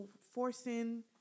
forcing